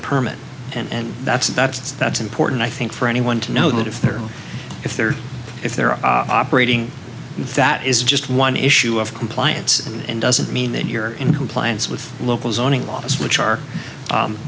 a permit and that's that's that's important i think for anyone to know that if they're if they're if they're operating that is just one issue of compliance in doesn't mean that you're in compliance with local zoning laws which are